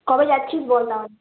কবে যাচ্ছি বল তাহলে